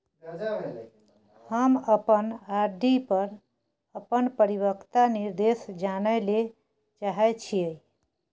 हम अपन आर.डी पर अपन परिपक्वता निर्देश जानय ले चाहय छियै